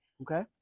Okay